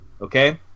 okay